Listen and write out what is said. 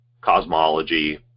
cosmology